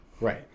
Right